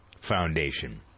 Foundation